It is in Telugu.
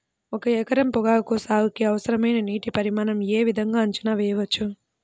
ఒక ఎకరం పొగాకు సాగుకి అవసరమైన నీటి పరిమాణం యే విధంగా అంచనా వేయవచ్చు?